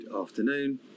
afternoon